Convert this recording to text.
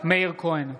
מאיר כהן,